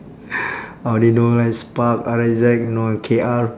I only know like spark R X Z you know K R